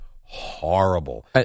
horrible